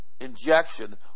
injection